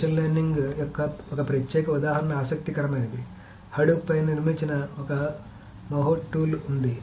machine learning యొక్క ఒక ప్రత్యేక ఉదాహరణ ఆసక్తికరమైనది హడూప్ పైన నిర్మించిన ఒక మాహౌట్ టూల్ ఉంది